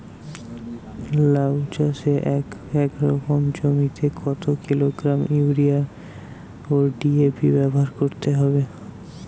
লাউ চাষে এক একর জমিতে কত কিলোগ্রাম ইউরিয়া ও ডি.এ.পি ব্যবহার করতে হবে?